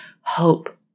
hope